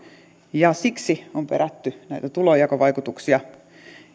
ja siksi on perätty näitä tulonjakovaikutuksia